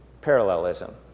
parallelism